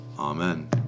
Amen